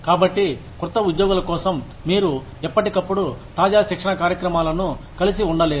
కాబట్టి క్రొత్త ఉద్యోగుల కోసం మీరు ఎప్పటికప్పుడు తాజా శిక్షణ కార్యక్రమాలను కలిసి ఉండలేరు